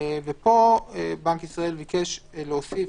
ופה בנק ישראל ביקש להוסיף.